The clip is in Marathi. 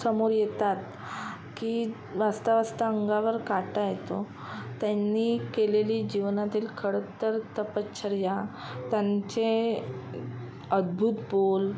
समोर येतात की वाचता वाचता अंगावर काटा येतो त्यांनी केलेली जीवनातील खडतर तपश्चर्या त्यांचे अद्भुत बोल